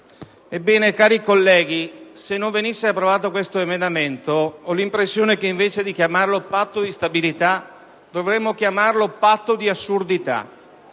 Ebbene, cari colleghi, se esso non venisse approvato ho l'impressione che invece di chiamarlo patto di stabilità dovremmo chiamarlo patto di assurdità.